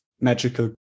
magical